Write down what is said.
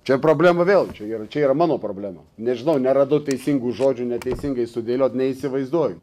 čia problema vėl čia yra čia yra mano problema nežinau neradau teisingų žodžių neteisingai sudėlioti neįsivaizduoju